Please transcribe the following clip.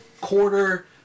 quarter